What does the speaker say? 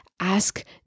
ask